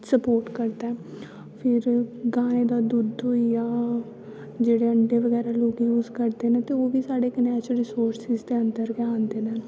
sport करदा ऐ फिर गायें दा दुद्ध होई गेआ जेह्ड़े अण्डे बगैरा लोग यूज करदे न ते ओह् बी साढ़े केह् नांऽ नैचूरल रिसोरसिस दै अन्दर गै औंदे न